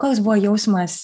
koks buvo jausmas